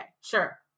sure